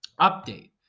update